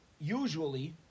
usually